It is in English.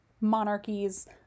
monarchies